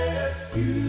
Rescue